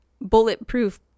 bulletproof